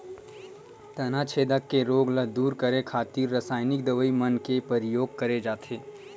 तनाछेद के रोग ल दूर करे खातिर रसाइनिक दवई मन के परियोग करे जाथे